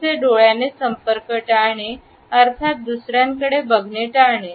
जसे डोळ्याने संपर्क टाळणे अर्थात दुसऱ्यांकडे बघणे टाळणे